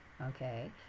okay